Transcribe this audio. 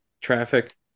traffic